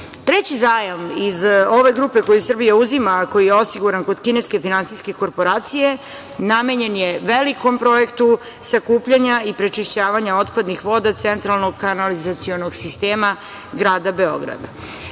zajam iz ove grupe koji Srbija uzima, a koji je osiguran kod kineske finansijske korporacije namenjen je velikom projektu sakupljanja i prečišćavanja otpadnih voda centralnog kanalizacionog sistema grada Beograda. Problem